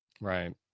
Right